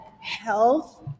health